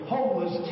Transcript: Homeless